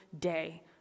day